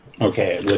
Okay